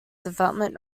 development